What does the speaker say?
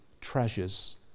treasures